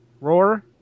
Roar